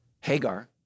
Hagar